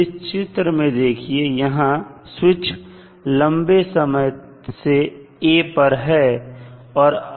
इस चित्र में देखिए यहां स्विच लंबे समय से A पर है